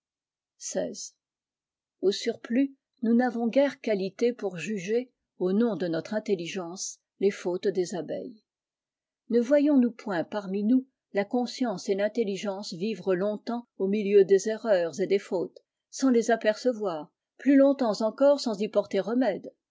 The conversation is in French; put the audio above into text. xvi au surplus nous n'avons guère qualité pour juger au nom de notre intelligence les fautes des abeilles ne voyons-nous point parmi nous la conscience et l'intelligence vivre longtemps au milieu des erreurs et des fautes sans les apercevoir plus longtemps encore sans y porter remède